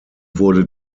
wurde